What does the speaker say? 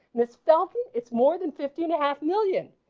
this filthy it's more than fifteen and a half million.